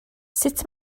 sut